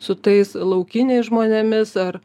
su tais laukiniais žmonėmis ar